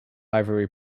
ivory